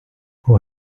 who